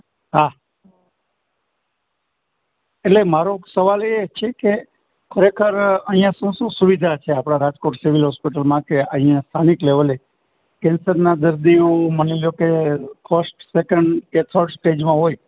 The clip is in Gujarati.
હા એટલે મારો સવાલ એ છે કે ખરેખર અઈયાં શું શું સુવિધા છે આપડા રાજકોટ સિવિલ હોસ્પિટલમાં કે આઈયાં સ્થાનિક લેવલે કેન્સરના દર્દીઓ માની લ્યોકે ફસ્ટ સેકન્ડ કે થર્ડ સ્ટેજમાં હોય